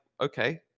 okay